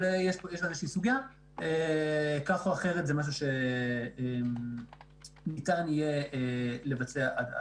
אבל כך או אחרת זה משהו שניתן יהיה לבצע עד אז.